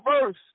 verse